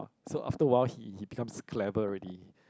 so after awhile he he becomes clever already